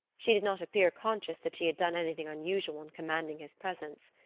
she did not appear conscious that she had done anything unusual in commanding his presence.